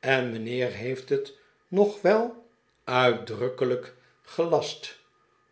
en mijnheer heeft het nog wel uitdrukkelijk gelast